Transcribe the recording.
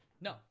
no